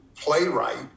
playwright